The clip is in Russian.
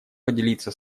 поделиться